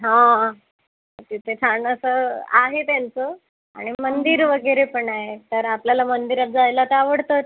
हो तिथे छान असं आहे त्यांचं आणि मंदिर वगैरे पण आहे तर आपल्याला मंदिरात जायला तर आवडतंच